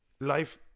life